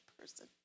person